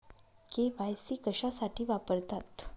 KYC कशासाठी वापरतात?